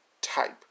type